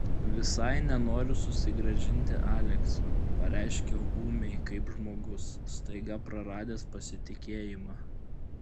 visai nenoriu susigrąžinti alekso pareiškiau ūmiai kaip žmogus staiga praradęs pasitikėjimą